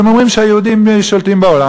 אז הם אומרים שהיהודים שולטים בעולם,